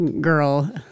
girl